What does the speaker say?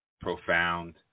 profound